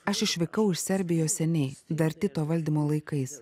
aš išvykau iš serbijos seniai dar tito valdymo laikais